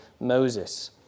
Moses